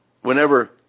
Whenever